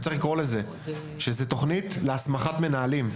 צריך לקרוא לזה: "תכנית להסמכת מנהלים".